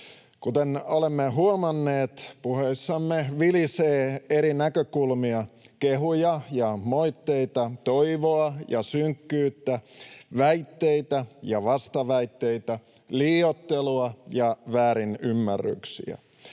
Kuten olemme huomanneet, puheissamme vilisee eri näkökulmia — kehuja ja moitteita, toivoa ja synkkyyttä, väitteitä ja vastaväitteitä, liioittelua ja väärinymmärryksiä